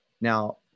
Now